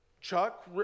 Chuck